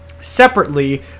separately